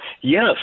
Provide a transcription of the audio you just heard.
Yes